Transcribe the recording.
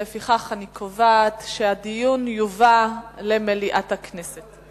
לפיכך, אני קובעת שהדיון יובא למליאת הכנסת.